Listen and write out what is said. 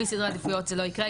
בלי סדרי עדיפויות זה לא יקרה,